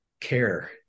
care